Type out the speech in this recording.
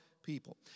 people